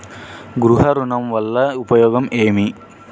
గృహ ఋణం వల్ల ఉపయోగం ఏమి?